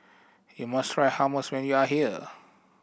you must try Hummus when you are here